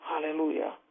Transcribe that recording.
Hallelujah